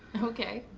okay.